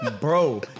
bro